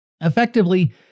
effectively